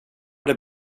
det